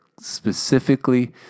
specifically